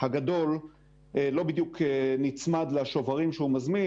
הגדול לא בדיוק נצמד לשוברים שהוא מזמין